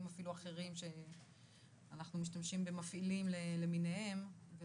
אחרים שאנחנו משתמשים במפעילים למיניהם כדי